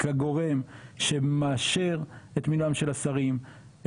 כגורם שמאשר את מינויים של השרים,